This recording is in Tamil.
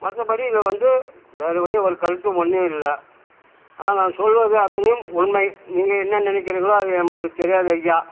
மற்றப்படி இதில் வந்து வேறு வழி ஒரு கருத்து ஒன்றும் இல்லை ஆனால் நான் சொல்வது அத்தனையும் உண்மை நீங்கள் என்ன நினைக்கிறிங்களோ அது நம்மளுக்கு தெரியாது ஐயா